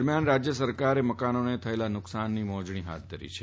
દરમિયાન રાજય સરકારે મકાનોને થયેલા નુકસાનની મોજણી હાથ ધરી છે